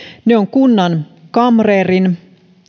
ne ovat kunnan kamreerin